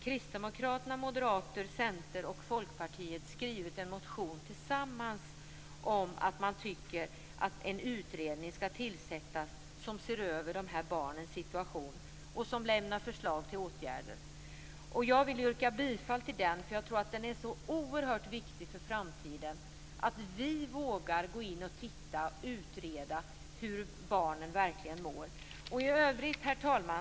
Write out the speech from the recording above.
Kristdemokraterna, Moderaterna, Centern och Folkpartiet har tillsammans väckt en motion om att en utredning skall tillsättas och se över barnens situation och lämna förslag till åtgärder. Jag vill yrka bifall till den reservationen. Det är så oerhört viktigt för framtiden att vi vågar utreda hur barnen verkligen mår. Herr talman!